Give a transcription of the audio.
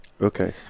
Okay